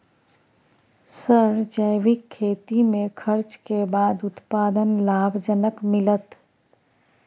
Sir जैविक खेती में खर्च के बाद उत्पादन लाभ जनक मिलत?